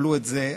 קבלו את זה,